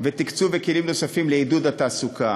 ותקצוב וכלים נוספים לעידוד התעסוקה.